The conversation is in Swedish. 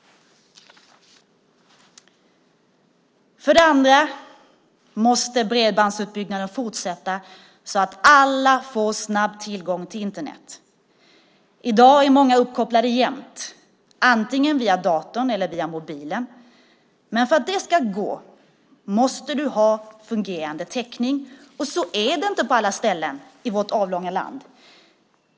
För det andra måste bredbandsutbyggnaden fortsätta så att alla får snabb tillgång till Internet. I dag är många uppkopplade jämt, antingen via datorn eller via mobilen. Men för att det ska gå måste du ha fungerande täckning, och så är det inte på alla ställen i vårt avlånga land.